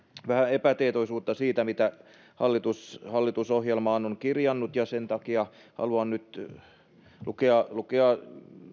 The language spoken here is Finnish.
epätietoisuutta siitä mitä hallitus hallitusohjelmaan on kirjannut ja sen takia haluan nyt lukea lukea